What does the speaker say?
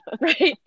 Right